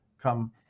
come